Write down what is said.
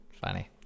Funny